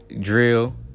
drill